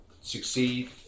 succeed